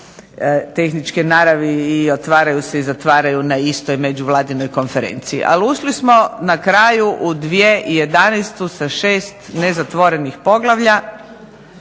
tehničke naravi i otvaraju se i zatvaraju na istoj Međuvladinoj konferenciji. Ali, ušli smo na kraju u 2011. sa 6 nezatvorenih poglavlja